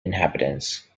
inhabitants